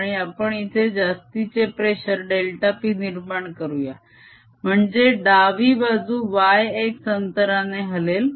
आणि आपण इथे जास्तीचे प्रेशर डेल्टा p निर्माण करूया म्हणजे दावी बाजू y x अंतराने हलेल